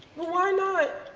why not?